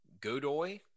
Godoy